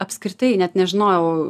apskritai net nežinojau